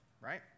right